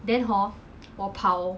what's that suicide round